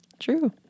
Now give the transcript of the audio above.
True